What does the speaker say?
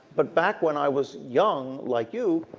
but back when i was young like you,